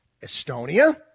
estonia